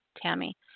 Tammy